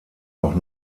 auch